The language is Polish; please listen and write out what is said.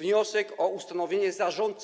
- o ustanowienie zarządcy.